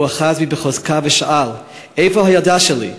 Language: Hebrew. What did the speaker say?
הוא אחז בי בחוזקה ושאל: איפה הילדה שלי?